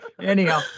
Anyhow